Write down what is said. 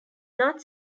not